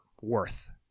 worth